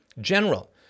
General